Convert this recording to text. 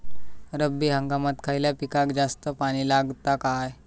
रब्बी हंगामात खयल्या पिकाक जास्त पाणी लागता काय?